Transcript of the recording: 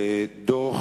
לדוח